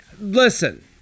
listen